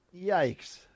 Yikes